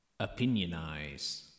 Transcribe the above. Opinionize